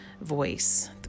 voice